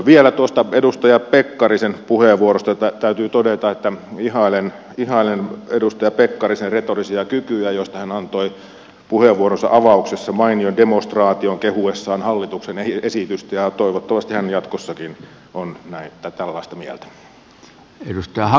vielä tuosta edustaja pekkarisen puheenvuorosta täytyy todeta että ihailen edustaja pekkarisen retorisia kykyjä joista hän antoi puheenvuoronsa avauksessa mainion demonstraation kehuessaan hallituksen esitystä ja toivottavasti hän jatkossakin on tällaista mieltä